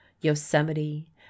yosemite